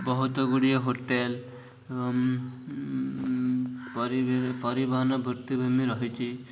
ବହୁତ ଗୁଡ଼ିଏ ହୋଟେଲ୍ ପରିବହନ ଭିତ୍ତିଭୂମି ରହିଛି